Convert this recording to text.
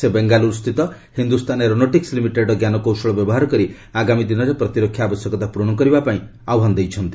ସେ ବେଙ୍ଗାଲ୍ରରସ୍ଥିତ ହିନ୍ଦୁସ୍ତାନ ଏରୋନେଟିକ୍ସ୍ ଲିମିଟେଡ୍ର ଜ୍ଞାନକୌଶଳ ବ୍ୟବହାର କରି ଆଗାମୀ ଦିନରେ ପ୍ରତିରକ୍ଷା ଆବଶ୍ୟକତା ପ୍ରରଣ କରିବାପାଇଁ ଆହ୍ୱାନ ଦେଇଛନ୍ତି